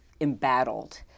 embattled